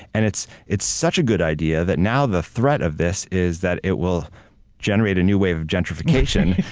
and it's it's such a good idea that now the threat of this is that it will generate a new way of gentrification,